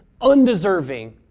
undeserving